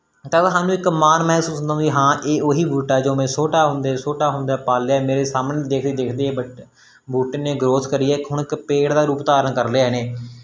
ਤਾਂ ਸਾਨੂੰ ਇੱਕ ਮਾਨ ਮਹਿਸੂਸ ਹੁੰਦਾ ਵੀ ਹਾਂ ਇਹ ਉਹੀ ਬੂਟਾ ਜੋ ਮੈਂ ਛੋਟਾ ਹੁੰਦੇ ਛੋਟਾ ਹੁੰਦਾ ਪਾਲਿਆ ਮੇਰੇ ਸਾਹਮਣੇ ਦੇਖਦੇ ਦੇਖਦੇ ਬਟ ਬੂਟੇ ਨੇ ਗਰੋਥ ਕਰੀ ਹੈ ਇੱਕ ਹੁਣ ਇੱਕ ਪੇੜ ਦਾ ਰੂਪ ਧਾਰਨ ਕਰ ਲਿਆ ਇਹਨੇ